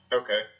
okay